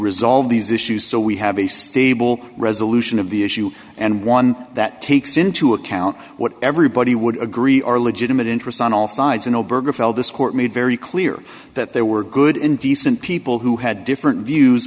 resolve these issues so we have a stable resolution of the issue and one that takes into account what everybody would agree are legitimate interests on all sides and oberg of fell this court made very clear that there were good and decent people who had different views